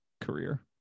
career